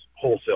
wholesale